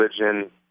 religion